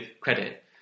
credit